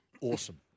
Awesome